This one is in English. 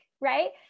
right